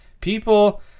people